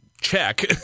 check